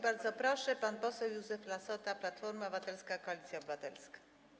Bardzo proszę, pan poseł Józef Lassota, Platforma Obywatelska - Koalicja Obywatelska.